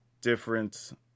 different